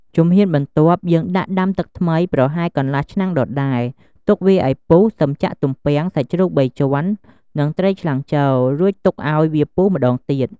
ជំហានបន្ទាប់ យើងដាក់ដាំទឹកថ្មីប្រហែលកន្លះឆ្នាំងដដែល ទុកវាឱ្យពុះ សិមចាក់ទំពាំង សាច់ជ្រូកបីជាន់ និងត្រីឆ្លាំងចូល រួចទុកឱ្យវាពុះម្ដងទៀត។